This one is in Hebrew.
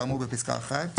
כאמור בפסקה (1),